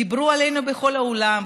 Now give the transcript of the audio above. דיברו עלינו בכל העולם,